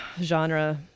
genre